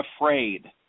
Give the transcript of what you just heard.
afraid